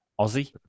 Aussie